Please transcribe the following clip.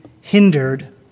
hindered